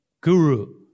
guru